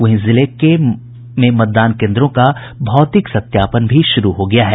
वहीं जिले में मतदान केन्द्रों का भौतिक सत्यापन भी शुरू हो गया है